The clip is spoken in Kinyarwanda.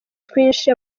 twinshi